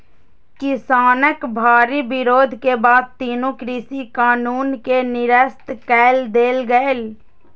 किसानक भारी विरोध के बाद तीनू कृषि कानून कें निरस्त कए देल गेलै